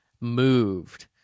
moved